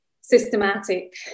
systematic